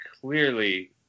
clearly